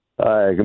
Hi